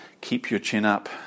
keep-your-chin-up